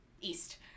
east